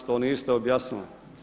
To niste objasnili.